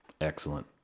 Excellent